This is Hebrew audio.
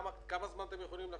כמה זמן אתם יכולים לחשוב?